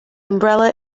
umbrella